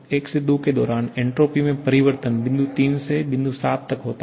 अब 1 से 2 के दौरान एन्ट्रापी में परिवर्तन बिंदु 3 से बिंदु 7 तक होता है